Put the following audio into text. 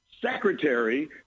secretary